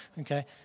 okay